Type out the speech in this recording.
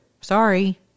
Sorry